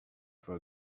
for